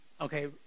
Okay